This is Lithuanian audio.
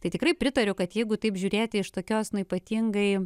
tai tikrai pritariu kad jeigu taip žiūrėti iš tokios na ypatingai